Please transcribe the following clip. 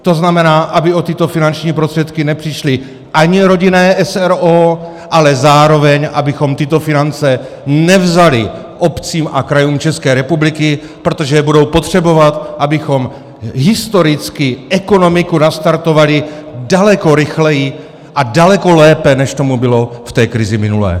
To znamená, aby o tyto finanční prostředky nepřišly ani rodinné s. r. o., ale zároveň abychom tyto finance nevzali obcím a krajům České republiky, protože je budou potřebovat, abychom historicky ekonomiku nastartovali daleko rychleji a daleko lépe, než tomu bylo v té krizi minulé.